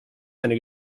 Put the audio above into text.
eine